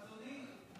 אדוני,